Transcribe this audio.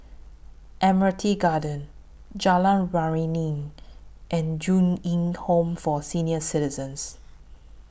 Admiralty Garden Jalan Waringin and Ju Eng Home For Senior Citizens